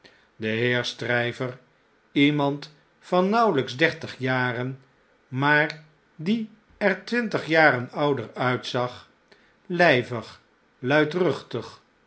de heer stryver iemand van nauwelps dertig jaren maar die er twintig jaren ouderuitzag lyvig luidruchtig